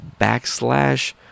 backslash